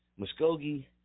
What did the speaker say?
Muskogee